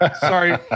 Sorry